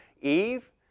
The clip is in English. Eve